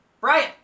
Brian